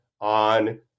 on